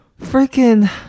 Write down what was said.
freaking